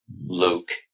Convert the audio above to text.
Luke